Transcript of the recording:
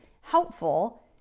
helpful